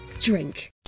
drink